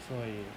所以